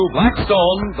Blackstone